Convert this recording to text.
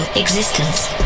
existence